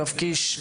יואב קיש,